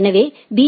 எனவே பி